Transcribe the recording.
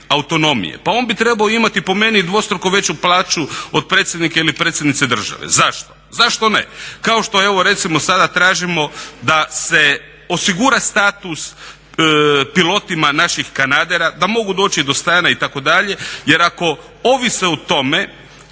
autonomije pa on bi trebao imati po meni dvostruko veću plaću od predsjednika ili predsjednice države. Zašto? Zašto ne, kao što je ovo recimo sada tražimo da se osigura status pilotima naših kanadera da mogu doći do stana itd. jer ako ovise u tome